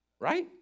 Right